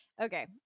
Okay